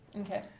Okay